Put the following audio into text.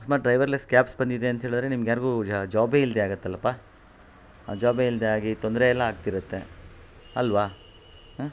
ಅಕಸ್ಮಾತ್ driverless cabs ಬಂದಿದೆ ಅಂತ್ಹೇಳಿದ್ರೆ ನಿಮ್ಗೆ ಯಾರಿಗೂ ಜಾಬೇ ಇಲ್ದೇ ಆಗುತ್ತಲ್ಲಪ್ಪ ಆ ಜಾಬೇ ಇಲ್ಲದೆ ಆಗಿ ತೊಂದರೆ ಎಲ್ಲ ಆಗ್ತಿರುತ್ತೆ ಅಲ್ವಾ ಆಂ